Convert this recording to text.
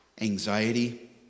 anxiety